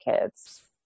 kids